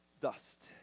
dust